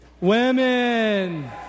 women